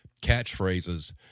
catchphrases